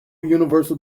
universal